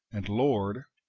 and lord,